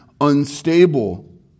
unstable